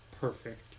perfect